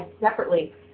separately